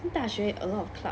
大学 a lot of club